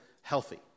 healthy